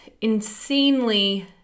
insanely